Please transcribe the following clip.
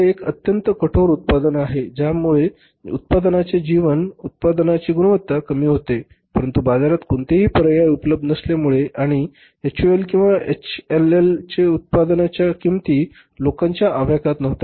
हे एक अत्यंत कठोर उत्पादन आहे ज्यामुळे उत्पादनाचे जीवन उत्पादनाची गुणवत्ता कमी होते परंतु बाजारात कोणताही पर्याय उपलब्ध नसल्यामुळे आणि एचयूएल किंवा एचएलएलचे उत्पादनाच्या किंमती लोकांच्या आवाक्यात नव्हत्या